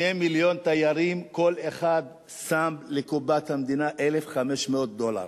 2 מיליוני תיירים וכל אחד שם לקופת המדינה 1,500 דולר,